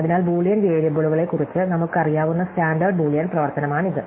അതിനാൽ ബൂളിയൻ വേരിയബിളുകളെക്കുറിച്ച് നമുക്കറിയാവുന്ന സ്റ്റാൻഡേർഡ് ബൂളിയൻ പ്രവർത്തനമാണിത്